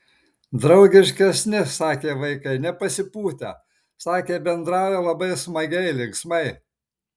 draugiškesni sakė vaikai nepasipūtę sakė bendrauja labai smagiai linksmai